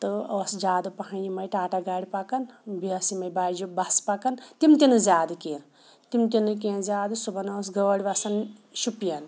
تہٕ ٲس جادٕ پَہَم یِمَے ٹاٹا گاڑِ پَکان بیٚیہِ آسہٕ یِمَے بَجہِ بَسہٕ پَکان تِم تہِ نہٕ زیادٕ کینٛہہ تِم تہِ نہٕ کینٛہہ زیادٕ صُبحَن ٲس گٲڑۍ وَسان شُپیَن